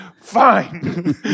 Fine